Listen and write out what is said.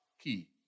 key